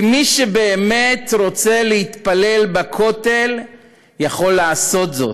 כי מי שבאמת רוצה להתפלל בכותל יכול לעשות זאת.